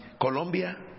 Colombia